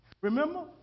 Remember